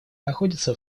находится